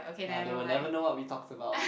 nah they will never know what we talked about